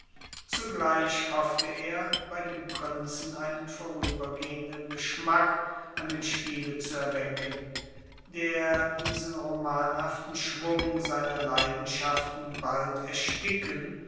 zugleich hoffte er bei dem prinzen einen vorübergehenden geschmack an dem spiele zu erwecken der diesen romanhaften schwung seiner leidenschaften bald ersticken